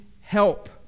help